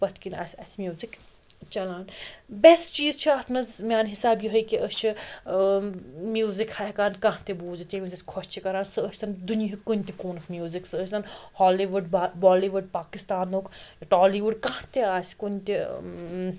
پٔتۍ کِنۍ آسہِ اسہِ میٛوٗزِک چَلان بیٚسٹہٕ چیٖز چھُ اَتھ منٛز میٛانہِ حِسابہٕ یِہٲے کہِ أسۍ چھِ ٲں میٛوٗزِک ہیٚکان کانٛہہ تہِ بوٗزِتھ ییٚمہِ وِزِ اسہِ خۄش چھِ کَران سُہ ٲسۍ تَن دُنیٲہُک کُنہِ تہِ کوٗنُک میٛوٗزِک سُہ ٲسۍ تَن ہالی وُڈ بالی وُڈ پاکِستانُک ٹالی وُڈ کانٛہہ تہِ آسہِ کُنہِ تہِ